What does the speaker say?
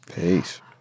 Peace